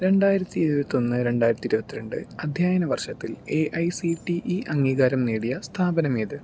രണ്ടായിരത്തി ഇരുപത്തൊന്ന് രണ്ടായിരത്തി ഇരുപത്തിരണ്ട് അധ്യയനവർഷത്തിൽ A I C T E അംഗീകാരം നേടിയ സ്ഥാപനമേത്